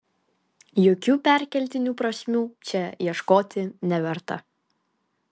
jokių perkeltinių prasmių čia ieškoti neverta